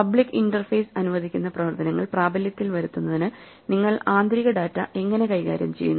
public ഇന്റർഫേസ്അനുവദിക്കുന്ന പ്രവർത്തനങ്ങൾ പ്രാബല്യത്തിൽ വരുത്തുന്നതിന് നിങ്ങൾ ആന്തരിക ഡാറ്റ എങ്ങനെ കൈകാര്യം ചെയ്യുന്നു